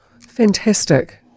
Fantastic